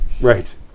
Right